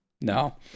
no